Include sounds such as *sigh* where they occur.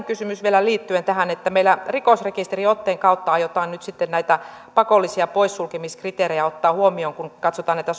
*unintelligible* kysymys vielä liittyen tähän että meillä rikosrekisteriotteen kautta aiotaan nyt sitten näitä pakollisia poissulkemiskriteerejä ottaa huomioon kun katsotaan näitä *unintelligible*